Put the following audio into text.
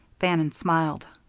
bannon smiled.